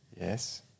Yes